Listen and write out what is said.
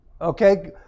okay